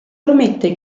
promette